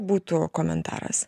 būtų komentaras